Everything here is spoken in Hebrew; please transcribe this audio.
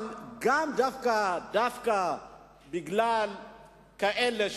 אבל דווקא בגלל כאלה,